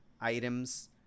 items